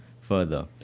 further